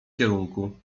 kierunku